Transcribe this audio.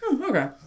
Okay